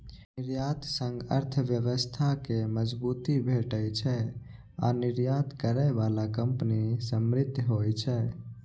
निर्यात सं अर्थव्यवस्था कें मजबूती भेटै छै आ निर्यात करै बला कंपनी समृद्ध होइ छै